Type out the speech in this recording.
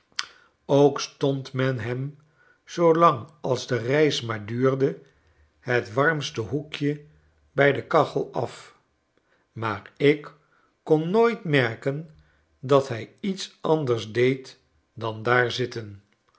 ook stond men hem zoolang als de reis maar duurde het warmste hoekje bij de kachel af maar ik kon nooit merken dat hij iets anders deed dan daar zitten